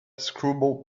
screwball